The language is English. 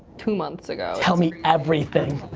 two months ago. tell me everything.